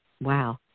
Wow